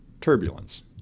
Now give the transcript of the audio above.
turbulence